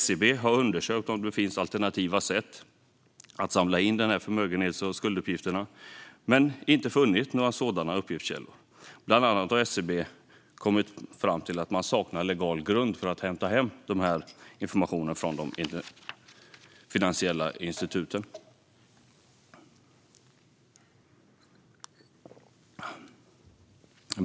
SCB har undersökt om det finns alternativa sätt att samla in förmögenhets och skulduppgifter men inte funnit några sådana, bland annat eftersom SCB saknar laglig grund för att hämta in sådan information från finansiella institut.